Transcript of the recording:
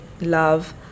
love